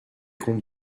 con